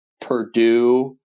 Purdue